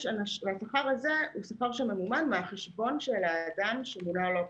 השכר הזה ממומן מן החשבון של האדם שמונה לו אפוטרופוס.